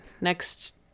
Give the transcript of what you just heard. next